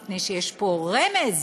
מפני שיש פה רמז,